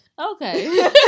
okay